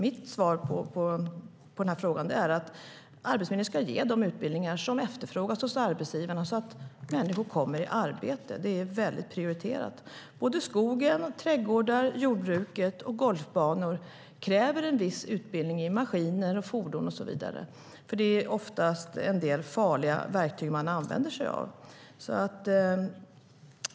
Mitt svar på den här frågan är därför att Arbetsförmedlingen ska ge de utbildningar som efterfrågas hos arbetsgivarna så att människor kommer i arbete. Det är väldigt prioriterat. Skog, trädgårdar, jordbruk och golfbanor kräver en viss utbildning på maskiner, fordon och så vidare. Det är oftast en del farliga verktyg man använder sig av.